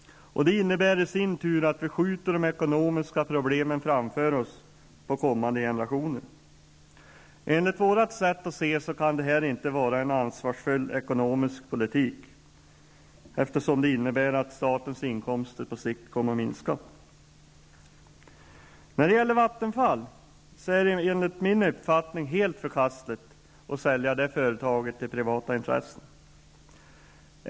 Det medför i sin tur att vi skjuter de ekonomiska problemen framför oss till kommade generationer. Enligt vårt sätt att se är detta inte en ansvarsfull ekonomisk politik, eftersom den innebär att statens inkomster på sikt kommer att minska. Det är enligt min uppfattning helt förkastligt att sälja företaget Vattenfall till privata intressen.